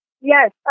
Yes